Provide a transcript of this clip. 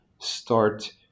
start